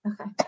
Okay